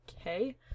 Okay